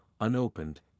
unopened